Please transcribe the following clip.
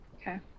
Okay